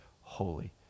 holy